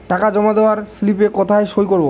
টাকা জমা দেওয়ার স্লিপে কোথায় সই করব?